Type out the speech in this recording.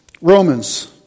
Romans